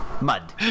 Mud